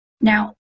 Now